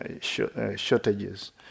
shortages